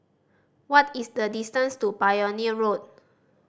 what is the distance to Pioneer Road